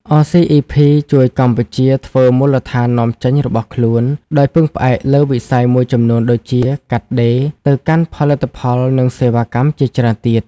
អ សុី អុី ភី (RCEP)ជួយកម្ពុជា ធ្វើមូលដ្ឋាននាំចេញរបស់ខ្លួន ដោយពឹងផ្អែកលើវិស័យមួយចំនួន ដូចជា កាត់ដេរ ទៅកាន់ផលិតផល និងសេវាកម្មជាច្រើនទៀត។